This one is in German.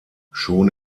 schon